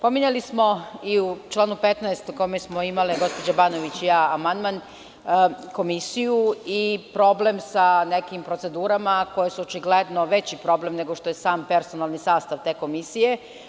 Pominjali smo i u članu 15. u kome smo imale gospođa Banović i ja amandman komisiju i problem sa nekim procedurama koje su očigledno veći problem, nego što je sam personalni sastav te komisije.